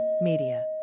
Media